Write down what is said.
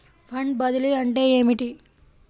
Fund బదిలీ అంటే ఏమిటి?